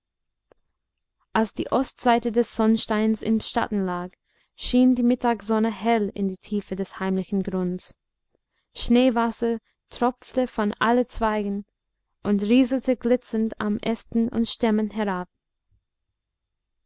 als die ostseite des sonnsteins im schatten lag schien die mittagssonne hell in die tiefe des heimlichen grunds schneewasser tropfte von allen zweigen und rieselte glitzernd an ästen und stämmen herab